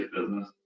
business